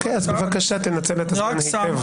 אוקיי, אז בבקשה תנצל את הזמן היטב.